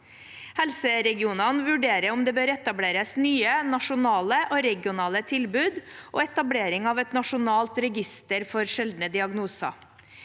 Helseregionene vurderer om det bør etableres nye nasjonale og regionale tilbud og etablering av et nasjonalt register for sjeldne diagnoser.